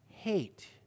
hate